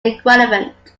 equivalent